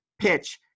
PITCH